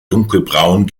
dunkelbraun